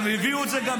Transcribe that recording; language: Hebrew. הם הביאו את זה במבצע.